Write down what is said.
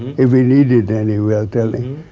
if he needed any real tilting,